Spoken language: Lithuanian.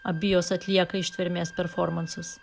abi jos atlieka ištvermės performansus